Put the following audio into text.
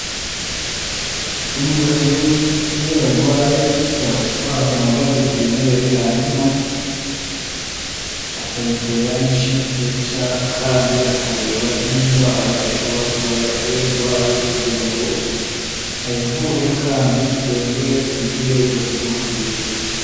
Imbwa iyo yarwaye bazana veterineri hanyuma akayitera inshinge kandi akareba n'indwara ishobora kuba yarwaye kugira ngo ayivure kandi yongere igire ubuzima bwiza.